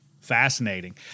Fascinating